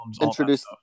introduce